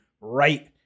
right